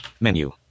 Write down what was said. menu